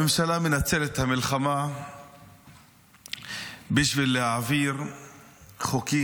הממשלה מנצלת את המלחמה בשביל להעביר חוקים